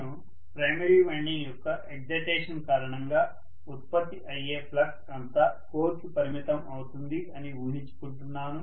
నేను primary winding యొక్క excitation కారణంగా ఉత్పత్తి అయ్యే ఫ్లక్స్ అంతా కోర్ కి పరిమితం అవుతుంది అని ఊహించుకుంటున్నాను